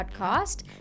podcast